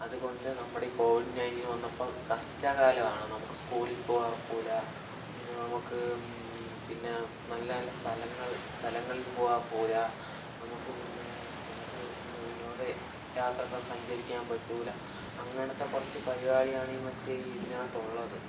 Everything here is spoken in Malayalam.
അതുകൊണ്ട് നമ്മുടെ ഈ കോവിഡ് നയൻ്റീൻ വന്നപ്പോൾ കഷ്ടകാലമാണ് നമുക്ക് സ്കൂളിൽ പോകാൻ ഒക്കില്ല പിന്നെ നമുക്ക് പിന്ന നല്ല നല്ല സ്ഥലങ്ങൾ സ്ഥലങ്ങളിൽ പോവാൻ ഒക്കില്ല നമുക്ക് പിന്നെ നമുക്ക് പിന്നെ വിനോദ യാത്രകൾ സഞ്ചരിക്കാൻ പറ്റില്ല അങ്ങനത്തെ കുറച്ച് പരിപാടിയാണ് ഈ മറ്റേ ഇതിനകത്തുള്ളത്